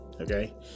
okay